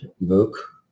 book